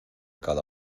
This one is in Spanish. cada